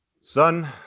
Son